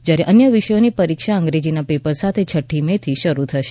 જ્યારે અન્ય વિષયોની પરીક્ષા અંગ્રેજીના પેપર સાથે છઠ્ઠી મેથી શરૂ થશે